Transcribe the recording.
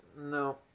No